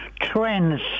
trends